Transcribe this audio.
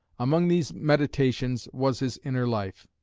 among these meditations was his inner life.